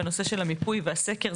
בנושא של המיפוי והסקר,